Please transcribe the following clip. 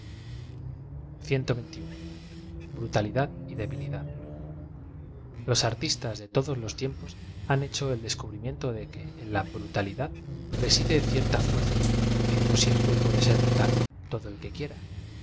tálidad y debilidad los artistas de todos loa tiempos han hecho el des cubrimiento de que en la brutalidad reside cierta fuer za y que no siempre puede ser brutal todo el que qole